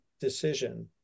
Decision